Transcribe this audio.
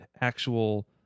actual